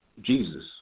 Jesus